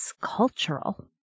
cultural